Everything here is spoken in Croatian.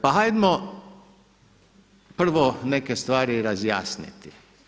Pa hajmo prvo neke stvari razjasniti.